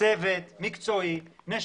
צוות מקצועי בפיקוח הוועדה.